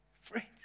Friends